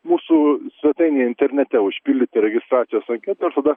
mūsų svetainėje internete užpildyti registracijos anletą ir tada